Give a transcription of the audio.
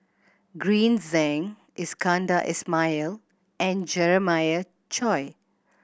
Green Zeng Iskandar Ismail and Jeremiah Choy